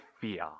fear